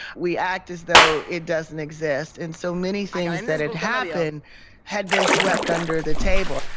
we act as though it doesn't exist. and so many things that had happened had been swept under the table.